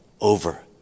over